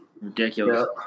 ridiculous